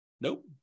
Nope